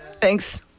Thanks